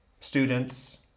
students